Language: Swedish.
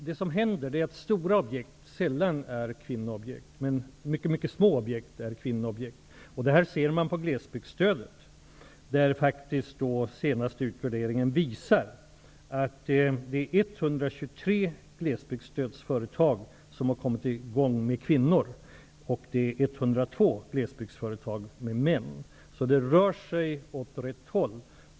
Vi kan notera att kvinnoobjekt sällan är stora objekt, men många mycket små objekt. Detta går att utläsa av den senaste utredning om glesbygdsstödet, vilken visar att 123 glesbygdsföretag har startats av kvinnor och 102 av män. Det rör sig alltså åt rätt håll.